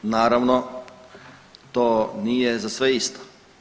Naravno to nije za sve isto.